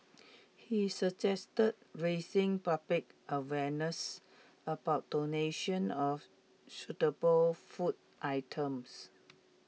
he suggested raising public awareness about donations of suitable food items